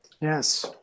yes